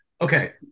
okay